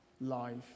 life